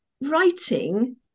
writing